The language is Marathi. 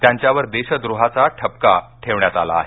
त्यांच्यावर देशद्रोहाचा ठपका ठेवण्यात आला आहे